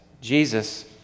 Jesus